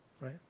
right